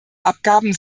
abgaben